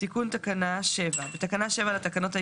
תיקון תקנה 7. בתקנה 7 לתקנות העיקריות,